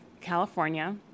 California